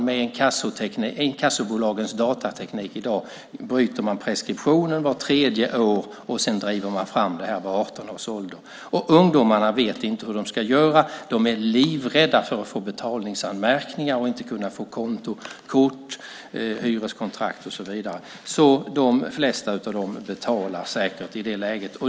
Med inkassobolagens datateknik i dag bryter man preskriptionen vart tredje år och sedan drivs detta fram vid 18 års ålder. Ungdomarna vet inte hur de ska göra. De är livrädda för att få betalningsanmärkningar, inte få kontokort, hyreskontrakt och så vidare. De flesta av dem betalar säkert i det läget.